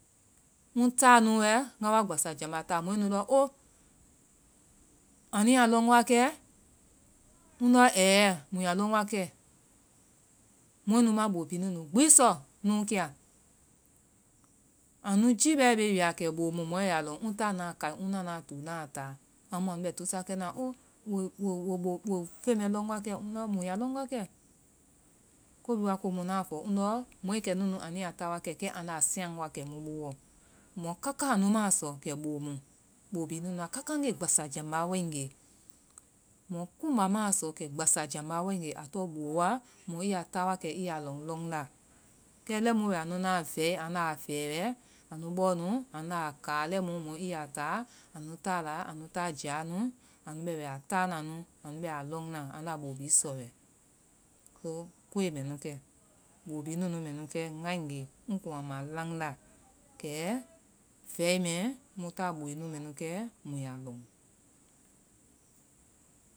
Ŋ ta nu wɛ, nga wai gbasajamba taa. Mɔɛnu lɔ, o, anu ya lɔŋ wa kɛ? Ŋdɔ ɛ, mu ya lɔŋ wakɛ. Mɔɛnu ma bo bi gbi sɔ nuukia. Anu jiibɛ wia kɛ bo mu, mɔɛ ya lɔŋ. Ŋ taa na kai. Ŋ na na tuu na taa. Amu anu bɛ tusakɛna, o, we feŋ mɛ lɔŋ wakɛ? Ŋdɔ mui ya lɔŋ wakɛ. Ko bi wa komu, ŋdɔ mɔɛ kɛnu, anu ya taa wakɛ kɛ anda siaŋ wakɛ mu bowɔ. Mɔ kaka, anu ma sɔ kɛ bo mu bo bi nunu a. Kaka nge gbasajamba wae nge. Mɔ kumba ma sɔ kɛ gbasajamba, a tɔŋ bo wa mɔ ii ya taa wakɛ ii ya lɔŋ lɔŋ la. Kɛ lɛimu wɛ anu na vɛi anda fɛ wɛ, anu bɔnu anda kaa lɛimu mɔ nu ya taa, anu taa la anu ta ja nu. Anu bɛ wɛ a taa na. Anu bɛ a lɔŋ na. Anda bo bi sɔ wɛ. Koe mɛnu kɛ. Bo bi nunu mɛ nu kɛ ngae nge, ŋ kuŋ a malaŋda kɛ vɛi mɛ, mu ta boe nu mɛ nu kɛ mui ya lɔŋ.